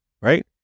right